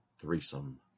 Threesome